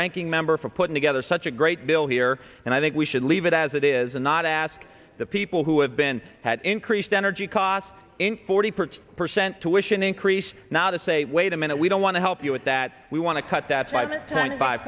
ranking member for putting together such a great bill here and i think we should leave it as it is and not ask the people who have been at increased energy costs in forty part percent to wish an increase now to say wait a minute we don't want to help you with that we want to cut that five